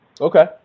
Okay